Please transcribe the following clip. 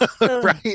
right